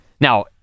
Now